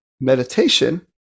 meditation